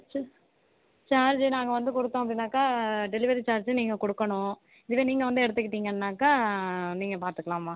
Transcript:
செ சார்ஜி நாங்கள் வந்து கொடுத்தோம் அப்படின்னாக்கா டெலிவரி சார்ஜும் நீங்கள் கொடுக்கணும் இதே நீங்கள் வந்து எடுத்துக்கிட்டீங்கன்னாக்கா நீங்கள் பார்த்துக்கலாம்மா